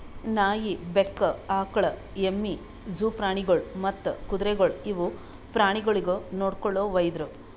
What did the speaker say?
ನಾಯಿ, ಬೆಕ್ಕ, ಆಕುಳ, ಎಮ್ಮಿ, ಜೂ ಪ್ರಾಣಿಗೊಳ್ ಮತ್ತ್ ಕುದುರೆಗೊಳ್ ಇವು ಪ್ರಾಣಿಗೊಳಿಗ್ ನೊಡ್ಕೊಳೋ ವೈದ್ಯರು